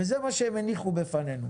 וזה מה שהם הניחו בפנינו.